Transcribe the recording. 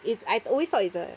it's I always thought it's a